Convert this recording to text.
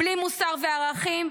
בלי מוסר וערכים,